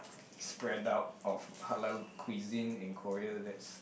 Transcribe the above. spread out of halal cuisine and Korea let's